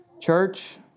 Church